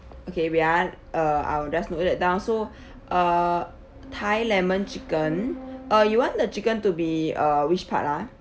okay wait ah uh I will just note that down so uh thai lemon chicken uh you want the chicken to be uh which part ah